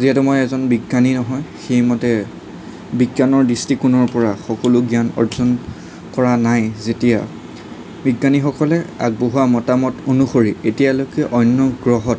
যিহেতু মই এজন বিজ্ঞানী নহয় সেইমতে বিজ্ঞানৰ দৃষ্টিকোণৰ পৰা সকলো জ্ঞান অৰ্জন কৰা নাই যেতিয়া বিজ্ঞানীসকলে আগবঢ়োৱা মতামত অনুসৰি এতিয়ালৈকে অন্য গ্ৰহত